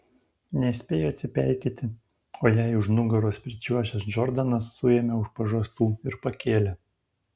nespėjo atsipeikėti o jai už nugaros pričiuožęs džordanas suėmė už pažastų ir pakėlė